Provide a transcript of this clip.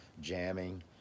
jamming